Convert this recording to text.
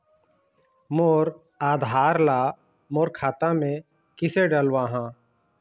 मोर आधार ला मोर खाता मे किसे डलवाहा?